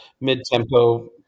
mid-tempo